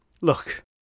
Look